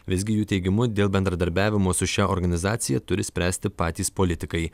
visgi jų teigimu dėl bendradarbiavimo su šia organizacija turi spręsti patys politikai